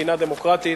במדינה דמוקרטית,